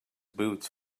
boots